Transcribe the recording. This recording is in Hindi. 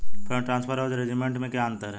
फंड ट्रांसफर और रेमिटेंस में क्या अंतर है?